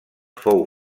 fou